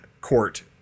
court